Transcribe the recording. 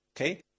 Okay